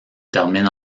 termine